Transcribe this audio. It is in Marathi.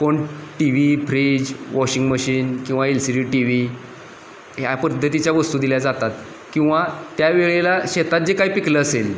कोण T V fridge washing machine किंवा L C D T V ह्या पद्धतीच्या वस्तू दिल्या जातात किंवा त्या वेळेला शेतात जे काही पिकलं असेल